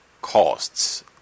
costs